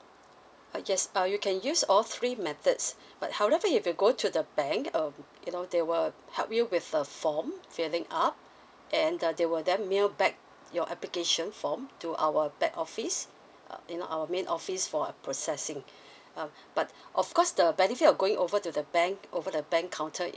I just uh you can use all three methods but however if you go to the bank um you know they will help you with a form filling up and uh they will then mail back your application form to our back office uh you know our main office for a processing um but of course the benefit of going over to the bank over the bank counter